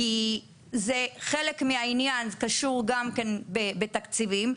כי חלק מהעניין קשור גם כן בתקציבים,